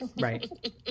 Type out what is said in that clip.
right